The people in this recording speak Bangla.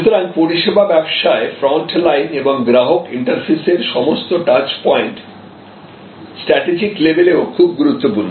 সুতরাং পরিষেবা ব্যবসায় ফ্রন্টলাইন এবং গ্রাহক ইন্টারফেসের সমস্ত টাচ পয়েন্ট স্ট্র্যাটেজিক লেভেলেও খুব গুরুত্বপূর্ণ